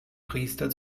priester